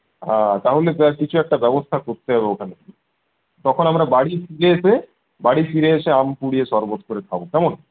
হাঁ তাহলে দেখ কিছু একটা ব্যবস্থা করতে হবে ওখানে তখন আমরা বাড়ি ফিরে এসে বাড়ি ফিরে এসে আম পুড়িয়ে শরবত করে খাব কেমন